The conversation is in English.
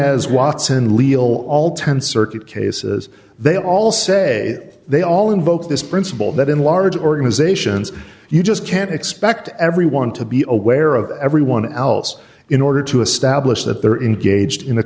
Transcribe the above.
has watson legal all ten circuit cases they all say they all invoke this principle that in large organizations you just can't expect everyone to be aware of everyone else in order to establish that they're in gauged in